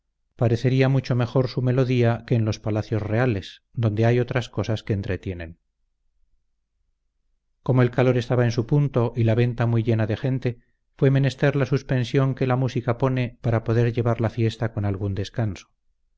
parecería mucho mejor su melodía que en los palacios reales donde hay otras cosas que entretienen como el calor estaba en su punto y la venta muy llena de gente fue menester la suspensión que la música pone para poder llevar la fiesta con algún descanso